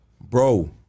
bro